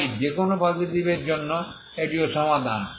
তাই যেকোনো পজিটিভের জন্য এটিও সমাধান